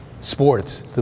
Sports